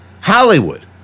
Hollywood